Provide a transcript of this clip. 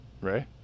Ray